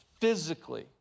Physically